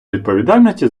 відповідальності